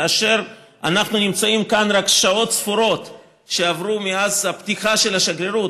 כאשר אנחנו נמצאים כאן רק שעות ספורות לאחר הפתיחה של השגרירות,